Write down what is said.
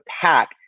pack